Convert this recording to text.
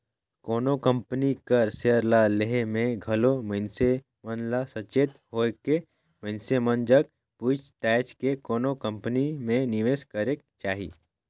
कोनो कंपनी कर सेयर ल लेहे में घलो मइनसे मन ल सचेत होएके मइनसे मन जग पूइछ ताएछ के कोनो कंपनी में निवेस करेक चाही